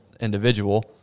individual